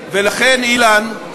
ולכן, אילן,